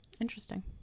Interesting